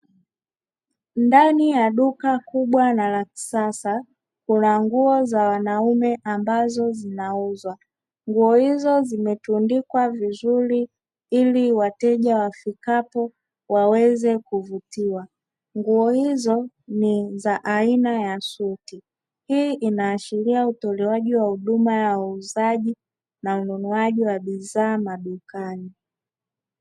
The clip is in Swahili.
Ndani ya duka kubwa na la kisasa, kuna nguo za wanaume ambazo zinauzwa. Nguo hizo zimetundikwa vizuri ili wateja wafikapo waweze kuvutiwa nguo hizo ni za aina ya suti; hii inashiri utolewaji wa huduma ya uuzaji na ununuaji bidhaa madukani.